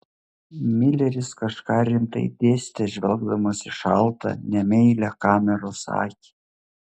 mileris kažką rimtai dėstė žvelgdamas į šaltą nemeilią kameros akį